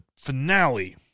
finale